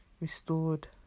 restored